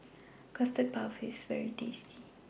Custard Puff IS very tasty